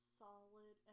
solid